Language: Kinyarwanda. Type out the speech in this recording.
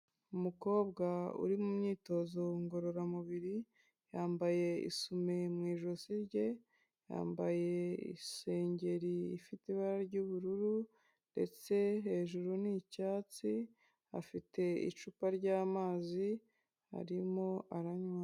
Umukobwa uri mu myitozo ngororamubiri, yambaye isume mu ijosi rye, yambaye isengeri ifite ibara ry'ubururu ndetse hejuru ni icyatsi, afite icupa ry'amazi arimo aranywa.